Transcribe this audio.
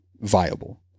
viable